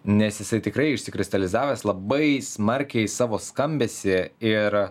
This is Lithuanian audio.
nes jisai tikrai išsikristalizavęs labai smarkiai savo skambesį ir